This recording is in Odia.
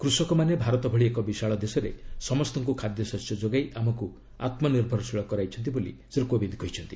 କୃଷକମାନେ ଭାରତ ଭଳି ଏକ ବିଶାଳ ଦେଶରେ ସମସ୍ତଙ୍କୁ ଖାଦ୍ୟଶସ୍ୟ ଯୋଗାଇ ଆମକୁ ଆତ୍ମନିର୍ଭରଶୀଳ କରାଇଛନ୍ତି ବୋଲି ଶ୍ରୀ କୋବିନ୍ଦ କହିଛନ୍ତି